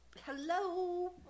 Hello